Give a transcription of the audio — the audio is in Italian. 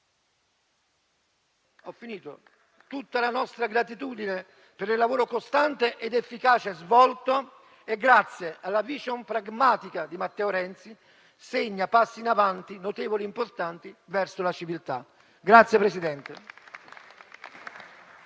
a cui va tutta la nostra gratitudine per il lavoro costante ed efficace svolto, e grazie alla *vision* pragmatica di Matteo Renzi, compie passi in avanti notevoli e importanti verso la civiltà.